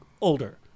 older